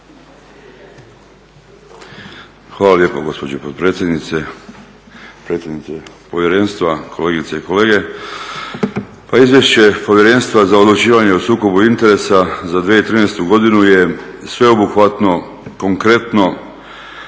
Hvala lijepo gospođo potpredsjednice. Predsjednice Povjerenstva, kolegice i kolege. Pa izvješće Povjerenstva za odlučivanje o sukobu interesa za 2013. godinu je sveobuhvatno, konkretno